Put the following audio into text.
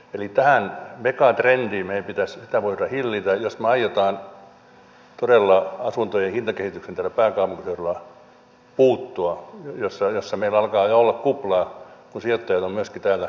eli tätä megatrendiä meidän pitäisi voida hillitä jos me aiomme todella asuntojen hintakehitykseen täällä pääkaupunkiseudulla puuttua missä meillä alkaa jo olla kupla kun sijoittajat ovat myöskin täällä liikkeellä